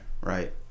Right